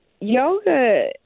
yoga